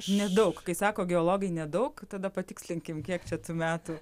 nedaug kai sako geologai nedaug tada patikslinkim kiek čia tų metų